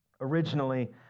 Originally